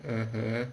mmhmm